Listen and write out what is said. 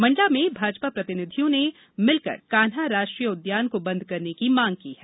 मंडला में भाजपा प्रतिनिधिमंडल ने मिलकर कान्हा राष्ट्रीय उद्यान को बंद करने की मांग की है